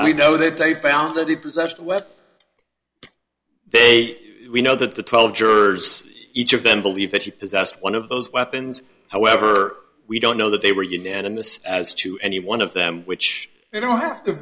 we know that they found that he possessed weapons they we know that the twelve jurors each of them believe that she possessed one of those weapons however we don't know that they were unanimous as to any one of them which they don't have